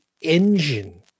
engine